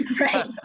Right